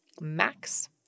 max